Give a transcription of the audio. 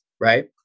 right